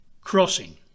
crossing